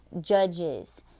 judges